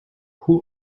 who